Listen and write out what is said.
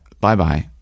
bye-bye